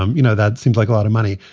um you know, that seems like a lot of money.